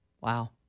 Wow